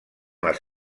les